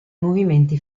movimenti